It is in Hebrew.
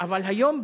אבל היום,